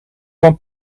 van